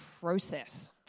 process